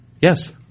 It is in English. yes